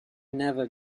never